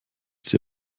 sie